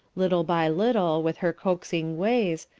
little by little, with her coaxing ways,